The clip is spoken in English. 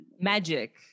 magic